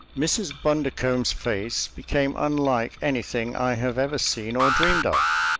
mrs. bundercombe's face became unlike anything i have ever seen or dreamed of.